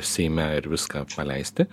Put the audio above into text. seime ir viską paleisti